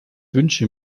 wünsche